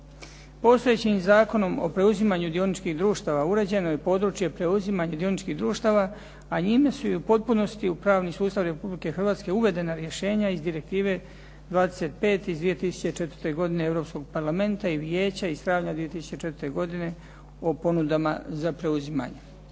Postojećim zakonom o preuzimanju dioničkih društava uređeno je područje preuzimanja dioničkih društava, a njime su i u potpunosti i u pravni sustav Republike Hrvatske uvedena rješenja iz Direktive 25 iz 2004. godine Europskog parlamenta i vijeća iz travnja 2004. godine o ponudama za preuzimanje.